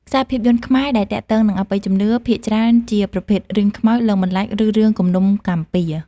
ខ្សែភាពយន្តខ្មែរដែលទាក់ទងនឹងអបិយជំនឿភាគច្រើនជាប្រភេទរឿងខ្មោច លងបន្លាច ឬរឿងគំនុំកម្មពៀរ។